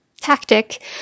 tactic